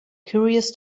curious